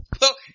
Look